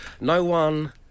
No-one